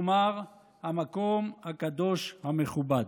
כלומר המקום הקדוש המכובד,